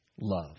love